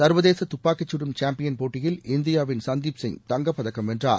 ச்வதேச தப்பாக்கிச்சுடும் சாம்பியன் போட்டியில் இந்தியாவின் சந்தீப் சிங் தங்கப் பதக்கம் வென்றார்